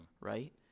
right